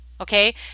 okay